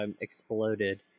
exploded